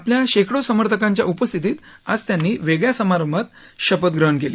आपल्या शक्रिके समर्थकांच्या उपस्थितीत आज त्यांनी वक्रिया समारंभात शपथ ग्रहण कली